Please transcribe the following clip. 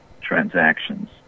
transactions